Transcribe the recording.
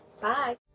Bye